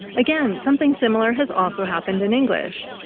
again, something similar has also happened in english.